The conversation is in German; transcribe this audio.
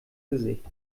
gesicht